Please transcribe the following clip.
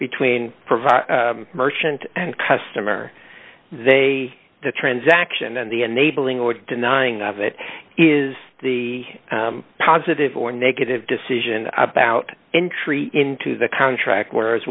between provider merchant and customer they the transaction and the enabling or denying of it is the positive or negative decision about entry into the contract whereas